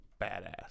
badass